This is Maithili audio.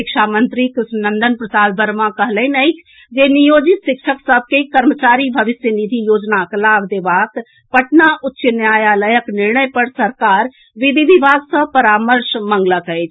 शिक्षा मंत्री कृष्णनंदन प्रसाद वर्मा कएलनि अछि जे नियोजित शिक्षक सभ कें कर्मचारी भविष्य निधि योजनाक लाभ देबाक पटना उच्च न्यायालयक निर्णय पर सरकार विधि विभाग सऽ परामर्श मांगलक अछि